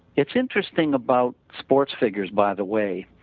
it's interesting about sports figures by the way,